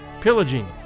pillaging